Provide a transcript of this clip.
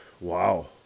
Wow